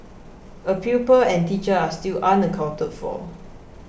a pupil and teacher are still unaccounted for